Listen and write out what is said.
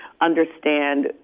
understand